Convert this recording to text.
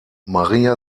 maria